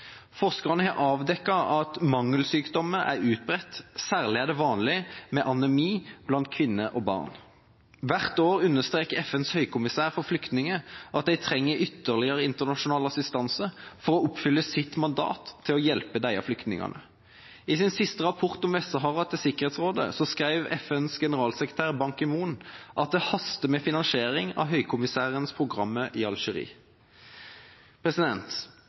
Forskerne har avdekket at mangelsykdommer er utbredt, særlig er det vanlig med anemi blant kvinner og barn. Hvert år understreker FNs høykommissær for flyktninger at de trenger ytterligere internasjonal assistanse for å oppfylle sitt mandat til å hjelpe disse flyktningene. I sin siste rapport om Vest-Sahara til Sikkerhetsrådet skrev FNs generalsekretær Ban Ki-moon at det haster med finansiering av høykommissærens programmer i